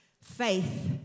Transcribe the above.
faith